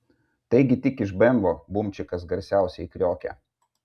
taigi tik iš bemvo bumčikas garsiausiai kriokia